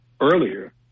earlier